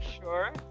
sure